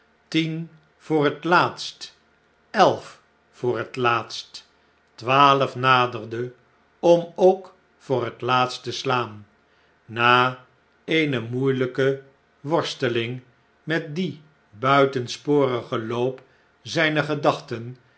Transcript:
tien voor het laatst elf voor het laatst twaalf naderende om ook voor het laatst te slaan na eene moeielpe worsteling met dien buitensporigen loop zflner gedachten